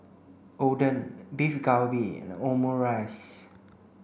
Oden Beef Galbi and Omurice